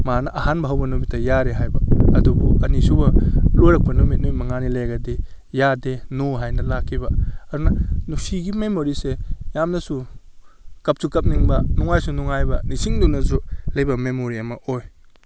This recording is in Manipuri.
ꯃꯥꯅ ꯑꯍꯥꯟꯕ ꯍꯧꯕ ꯅꯨꯃꯤꯠꯇ ꯌꯥꯔꯦ ꯍꯥꯏꯕ ꯑꯗꯨꯕꯨ ꯑꯅꯤꯁꯨꯕ ꯂꯣꯏꯔꯛꯄ ꯅꯨꯃꯤꯠ ꯅꯨꯃꯤꯠ ꯃꯉꯥꯅꯤ ꯂꯩꯔꯒꯗꯤ ꯌꯥꯗꯦ ꯅꯣ ꯍꯥꯏꯅ ꯂꯥꯛꯈꯤꯕ ꯑꯗꯨꯅ ꯅꯨꯡꯁꯤꯒꯤ ꯃꯦꯃꯣꯔꯤꯁꯦ ꯌꯥꯝꯅꯁꯨ ꯀꯞꯁꯨ ꯀꯞꯅꯤꯡꯕ ꯅꯨꯡꯉꯥꯏꯁꯨ ꯅꯨꯡꯉꯥꯏꯕ ꯅꯤꯡꯁꯤꯡꯗꯨꯅꯁꯨ ꯂꯩꯕ ꯃꯦꯃꯣꯔꯤ ꯑꯃ ꯑꯣꯏ